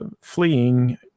fleeing